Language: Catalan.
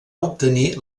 obtenir